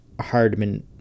hardman